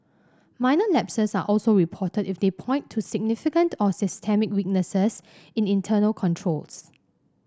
minor lapses are also reported if they point to significant or systemic weaknesses in internal controls